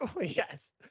yes